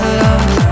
love